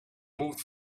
moved